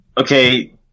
Okay